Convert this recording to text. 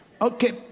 Okay